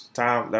time